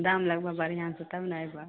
दाम लगबऽ बढ़िऑं से तब ने अयबऽ